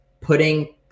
putting